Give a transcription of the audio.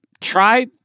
Try